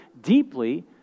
deeply